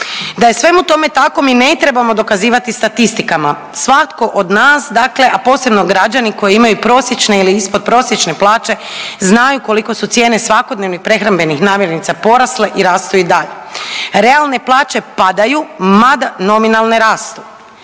Da je svemu tome tako mi ne trebamo dokazivati statistikama, svatko od nas, a posebno građani koji imaju prosječne ili ispodprosječne plaće znaju koliko su cijene svakodnevnih prehrambenih namirnica porasle i rastu i dalje. Realne plaće padaju mada nominalne rastu,